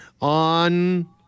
on